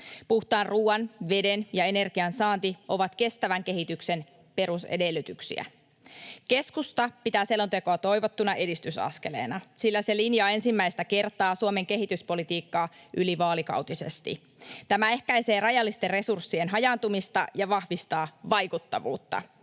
Puhtaan ruoan, veden ja energian saanti ovat kestävän kehityksen pe-rusedellytyksiä. Keskusta pitää selontekoa toivottuna edistysaskeleena, sillä se linjaa ensimmäistä kertaa Suomen kehityspolitiikkaa ylivaalikautisesti. Tämä ehkäisee rajallisten resurssien hajaantumista ja vahvistaa vaikuttavuutta.